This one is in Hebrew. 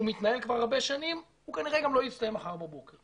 ומתנהל כבר הרבה שנים הוא כנראה גם לא יסתיים מחר בבוקר.